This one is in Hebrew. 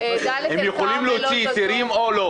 אנחנו יכולים גם לראות את ההיקפים שמתוכננים היום.